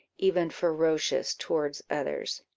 even ferocious towards others.